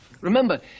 Remember